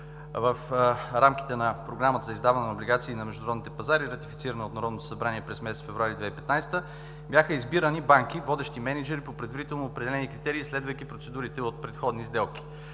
в рамките на Програма за издаване на облигации на международните пазари, ратифицирана от Народното събрание през месец февруари 2015 г., бяха избирани банки – водещи мениджъри по предварително определени критерии и следвайки процедурите от предходни сделки.